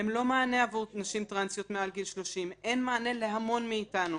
הם לא מענה עבור נשים טרנסיות מעל גיל 30. אין מענה להמון מאיתנו,